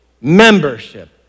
membership